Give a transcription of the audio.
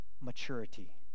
maturity